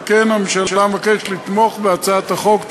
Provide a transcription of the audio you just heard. על כן, הממשלה מבקשת לתמוך בהצעת החוק.